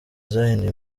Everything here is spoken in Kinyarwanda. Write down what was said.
zahinduye